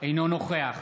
אינו נוכח